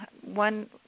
One